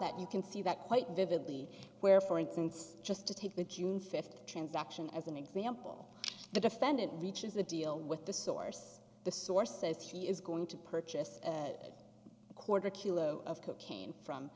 that you can see that quite vividly where for instance just to take the june fifth transaction as an example the defendant reaches a deal with the source the source says he is going to purchase a quarter kilo of cocaine from